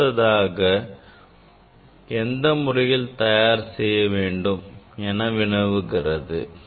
அடுத்ததாக எந்த முறையில் செய்ய வேண்டும் என்பது வினவுகிறது